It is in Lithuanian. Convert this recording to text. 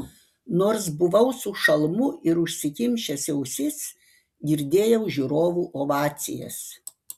nors buvau su šalmu ir užsikimšęs ausis girdėjau žiūrovų ovacijas